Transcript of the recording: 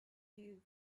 you